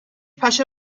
پشه